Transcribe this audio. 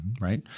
right